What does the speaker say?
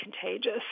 contagious